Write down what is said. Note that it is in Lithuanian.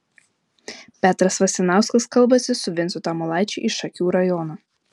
petras vasinauskas kalbasi su vincu tamulaičiu iš šakių rajono